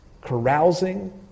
carousing